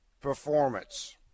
performance